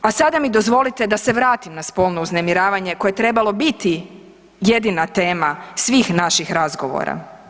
A sada mi dozvolite da se vratim na spolno uznemiravanje koje je trebalo biti jedina tema svih naših razgovora.